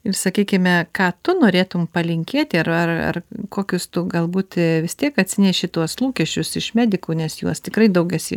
ir sakykime ką tu norėtum palinkėti ar ar ar kokius tu galbūt vis tiek atsineši tuos lūkesčius iš medikų nes juos tikrai daug esi